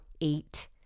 eight